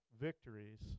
victories